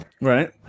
Right